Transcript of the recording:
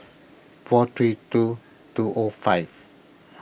four three two two O five